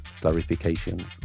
clarification